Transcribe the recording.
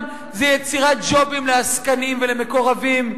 זה יצירת ג'ובים לעסקנים ולמקורבים.